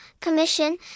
Commission